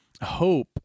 hope